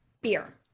beer